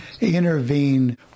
intervene